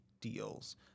deals